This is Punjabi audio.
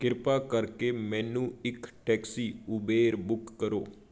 ਕਿਰਪਾ ਕਰਕੇ ਮੈਨੂੰ ਇੱਕ ਟੈਕਸੀ ਉਬੇਰ ਬੁੱਕ ਕਰੋ